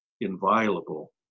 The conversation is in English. inviolable